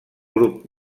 grup